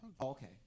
Okay